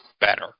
better